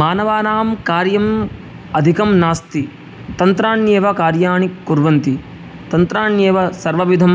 मानवानां कार्यं अधिकं नास्ति तन्त्राणि एव कार्याणि कुर्वन्ति तन्त्राण्येव सर्वविधं